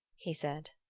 he said.